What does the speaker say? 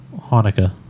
Hanukkah